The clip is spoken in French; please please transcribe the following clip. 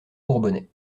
bourbonnais